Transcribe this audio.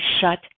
shut